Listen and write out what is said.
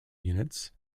units